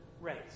race